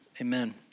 amen